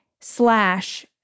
slash